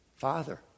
Father